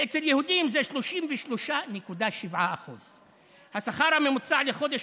אצל יהודים זה 33.7%. השכר הממוצע לחודש